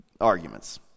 arguments